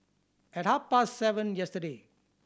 at half past seven yesterday